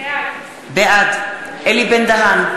בעד אלי בן-דהן,